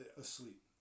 asleep